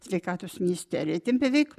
sveikatos ministerija ten beveik